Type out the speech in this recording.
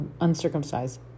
uncircumcised